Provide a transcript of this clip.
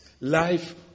Life